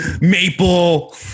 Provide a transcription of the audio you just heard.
maple